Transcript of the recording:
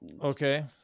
Okay